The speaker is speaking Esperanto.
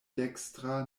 dekstra